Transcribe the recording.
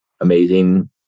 amazing